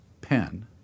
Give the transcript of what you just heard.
pen